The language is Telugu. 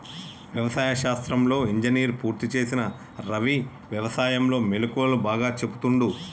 వ్యవసాయ శాస్త్రంలో ఇంజనీర్ పూర్తి చేసిన రవి వ్యసాయం లో మెళుకువలు బాగా చెపుతుండు